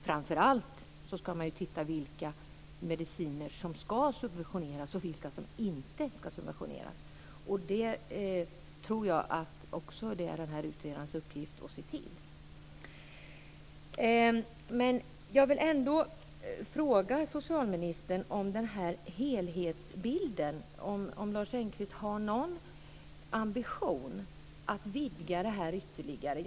Framför allt ska man titta på vilka mediciner som ska subventioneras och vilka som inte ska det. Det tror jag också är utredarens uppgift att se till. Jag vill ändå fråga socialministern om helhetsbilden. Har Lars Engqvist någon ambition att vidga det här ytterligare?